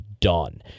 done